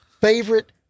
favorite